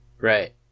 Right